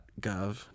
gov